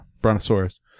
brontosaurus